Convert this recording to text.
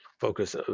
focus